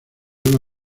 una